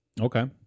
okay